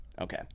Okay